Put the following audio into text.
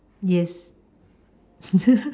yes